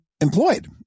employed